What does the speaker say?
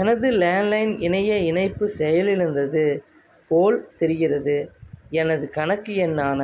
எனது landline இணைய இணைப்பு செயலிழந்தது போல் தெரிகிறது எனது கணக்கு எண்ணான